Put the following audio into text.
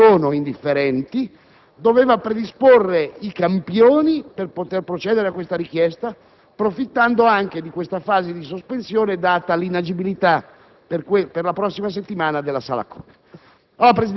che non sono indifferenti, doveva predisporre i campioni per poter procedere a questa richiesta, profittando anche di questa fase di sospensione data l'inagibilità per la prossima settimana della sala Koch.